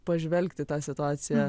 pažvelgt į tą situaciją